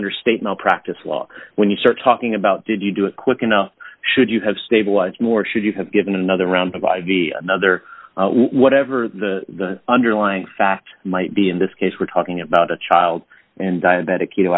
under state law practice well when you start talking about did you do it quick enough should you have stabilized more should you have given another round of id another whatever the underlying fact might be in this case we're talking about a child and diabetic